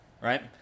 Right